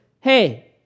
hey